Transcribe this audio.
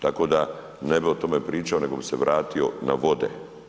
Tako da ne bih o tome pričao nego bih se vratio na vode.